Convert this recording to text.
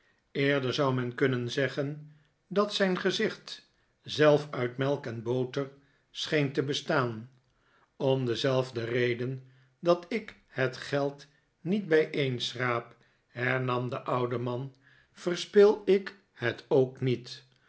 eerder zou men kunnen zeggen dat zijn gezicht zelf uit melk en boter scheen te bestaan om dezelfde reden dat ik het geld niet bijeen schraap hernam de oude man verspil ik het ook niet